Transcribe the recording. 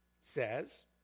says